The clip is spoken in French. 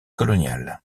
coloniale